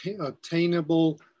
attainable